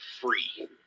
free